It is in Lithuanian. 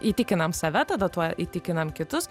įtikinam save tada tuo įtikinam kitus